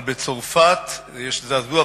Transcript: אבל בצרפת יש זעזוע,